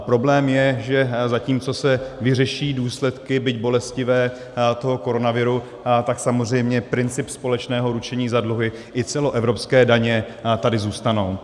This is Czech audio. Problém je, že zatímco se vyřeší důsledky, byť bolestivé, toho koronaviru, tak samozřejmě princip společného ručení za dluhy i celoevropské daně tady zůstanou.